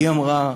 היא אמרה: